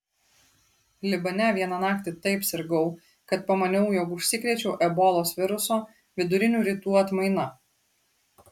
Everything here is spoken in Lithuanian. libane vieną naktį taip sirgau kad pamaniau jog užsikrėčiau ebolos viruso vidurinių rytų atmaina